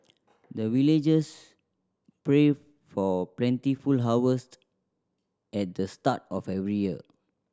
the villagers pray for plentiful harvest at the start of every year